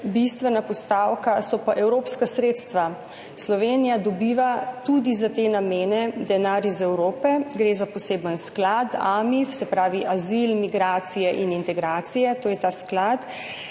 bistvena postavka evropska sredstva. Slovenija dobiva tudi za te namene denar iz Evrope. Gre za poseben sklad AMIF, se pravi azil, migracije in integracije. To je ta sklad,